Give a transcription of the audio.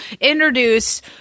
introduce